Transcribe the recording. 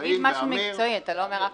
תגיד משהו מקצועי, אתה לא אומר אף מילה.